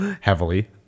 heavily